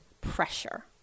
pressure